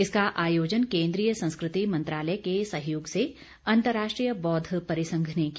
इसका आयोजन केन्द्रीय संस्कृति मंत्रालय के सहयोग से अंतर्राष्ट्रीय बौद्ध परिसंघ ने किया